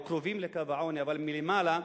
או קרובים לקו העוני אבל מלמעלה,